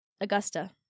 Augusta